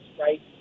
right